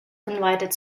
invited